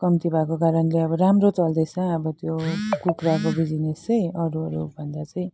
कम्ती भएको कारणले अब राम्रो चल्दैछ अब त्यो कुखुराको बिजनेस चाहिँ अरूहरूभन्दा चाहिँ